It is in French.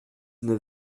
neuf